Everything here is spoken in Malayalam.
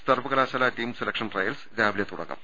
സർവകലാശാല ടീം സെലക്ഷൻ ട്രയൽസ് രാവിലെ തുടങ്ങും